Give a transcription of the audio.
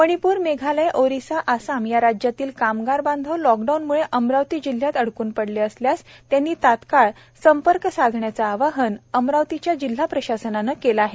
मणिपूर मेघालय ओरिसा आसाम या राज्यातील कामगार बांधव लॉकडाऊनमध्ये अमरावती जिल्ह्यात अडकून पडलेले असल्यास त्यांनी तत्काळ संपर्क साधण्याचे आवाहन जिल्हा प्रशासनाने केले आहे